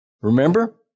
Remember